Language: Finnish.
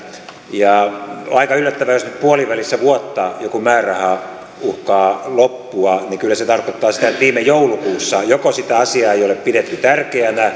on aika yllättävää jos puolivälissä vuotta joku määräraha uhkaa loppua kyllä se tarkoittaa sitä että viime joulukuussa joko sitä asiaa ei ole pidetty tärkeänä